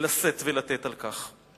לשאת ולתת על כך.